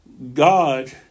God